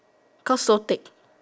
cause no take